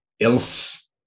else